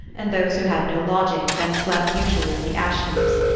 and those who had no lodgings and slept usually on the ash-heaps.